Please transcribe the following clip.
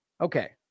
Okay